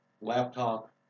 laptop